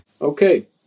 Okay